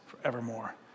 forevermore